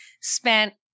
spent